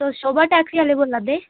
तुस शोभा टैक्सी आह्लेे बोल्लै दे